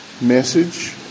message